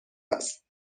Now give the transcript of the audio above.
است